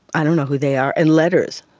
i don't know who they are, and letters.